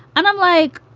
i'm i'm like,